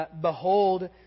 behold